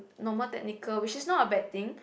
normal technical which is not a bad thing